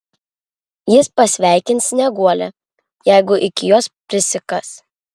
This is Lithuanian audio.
jis pasveikins snieguolę jeigu iki jos prisikas